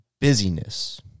busyness